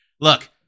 Look